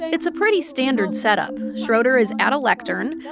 it's a pretty standard setup. schroeder is at a lectern.